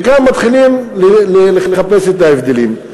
וגם מתחילים לחפש את ההבדלים,